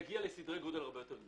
אתה תגיע לסדרי גודל הרבה יותר גדולים.